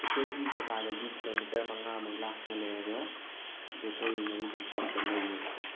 ꯑꯩꯈꯣꯏꯒꯤ ꯖꯥꯒꯗꯒꯤ ꯀꯤꯂꯣꯃꯤꯇꯔ ꯃꯉꯥꯃꯨꯛ ꯂꯥꯞꯅ ꯂꯩꯔꯒ ꯕꯦꯇꯦꯔꯤꯅꯔꯤ ꯗꯣꯛꯇꯔꯁꯦ ꯂꯩꯌꯦꯕꯀꯣ